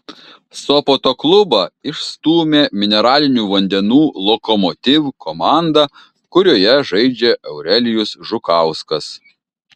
sopoto klubą išstūmė mineralinių vandenų lokomotiv komanda kurioje žaidžia eurelijus žukauskas